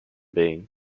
being